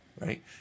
right